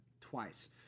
Twice